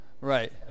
Right